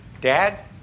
Dad